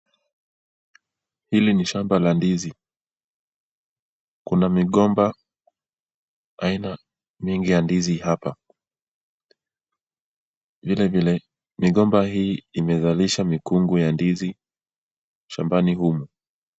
Hili ni shamba la ndizi. Kuna migomba aina nyingi ya ndizi hapa. Vilevile migomba hii imezalisha mikungu ya ndizi shambani humu.